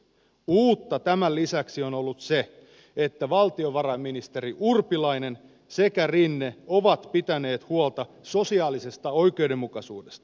uutta tämän lisäksi on ollut se että valtiovarainministerit urpilainen sekä rinne ovat pitäneet huolta sosiaalisesta oikeudenmukaisuudesta